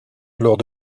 lors